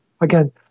Again